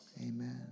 Amen